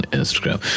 instagram